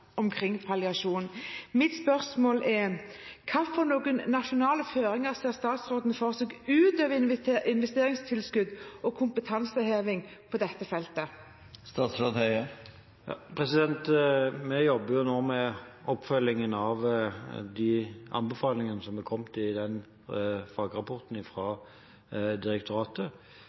omkring palliasjon. Mitt spørsmål er: Hvilke nasjonale føringer ser statsråden for seg utover investeringstilskudd og kompetanseheving på dette feltet? Vi jobber nå med oppfølgingen av de anbefalingene som er kommet i den fagrapporten